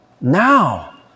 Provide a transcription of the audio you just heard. now